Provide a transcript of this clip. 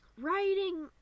Writing